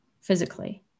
physically